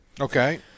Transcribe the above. Okay